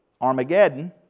Armageddon